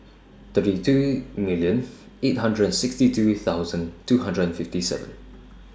thirty two million eight hundred and sixty two thousand two hundred and fifty seven